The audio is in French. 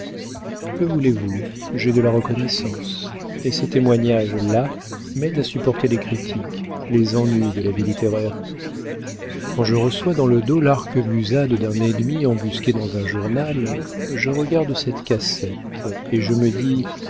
que voulez-vous j'ai de la reconnaissance et ces témoignages là m'aident à supporter les critiques les ennuis de la vie littéraire quand je reçois dans le dos l'arquebusade d'un ennemi embusqué dans un journal je regarde cette cassette et je me dis